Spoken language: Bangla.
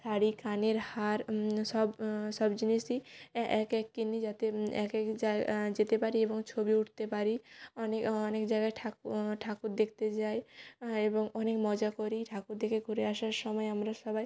শাড়ি কানের হার সব সব জিনিসই এক এক কিনি যাতে এক এক জায় যেতে পারি এবং ছবি উঠতে পারি অনেক অনেক জায়গায় ঠাকু ঠাকুর দেখতে যাই এবং অনেক মজা করি ঠাকুর দেখে ঘুরে আসার সময় আমরা সবাই